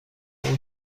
اون